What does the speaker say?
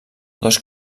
dos